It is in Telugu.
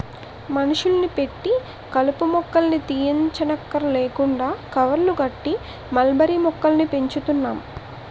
మనుషుల్ని పెట్టి కలుపు మొక్కల్ని తీయంచక్కర్లేకుండా కవర్లు కట్టి మల్బరీ మొక్కల్ని పెంచుతున్నాం